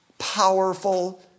powerful